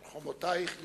על חומותייך ירושלים,